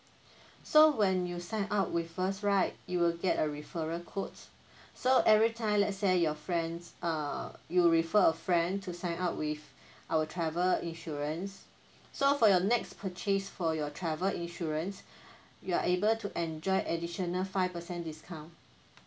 so when you sign up with us right you will get a referral codes so every time let's say your friends err you refer a friend to sign up with our travel insurance so for your next purchase for your travel insurance you are able to enjoy additional five percent discount